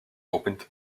opened